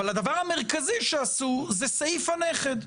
אבל הדבר המרכזי שעשו, זה סעיף הנכד.